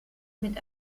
mit